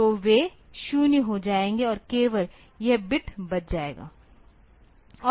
तो वे 0 हो जाएंगे और केवल यह बिट बच जाएगा